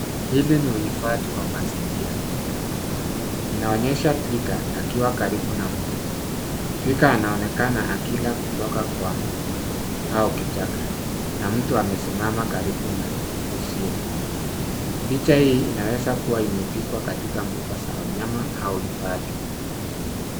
Hili ni uhifadhi wa mazingira. Inaonyesha twiga akiwa karibu na mtu. Twiga anaonekana akila kutoka kwa mti au kichaka na mtu amesimama karibu na uzio. Picha hii inaweza kuwa imepigwa katika mbuga za wanyama au hifadhi.